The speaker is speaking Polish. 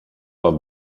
lat